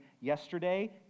yesterday